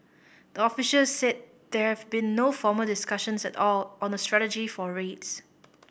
the officials said there have been no formal discussions at all on a strategy for rates